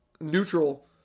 neutral